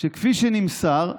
שכפי שנמסר,